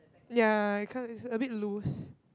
ya I can't is a bit loose